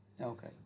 okay